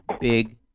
big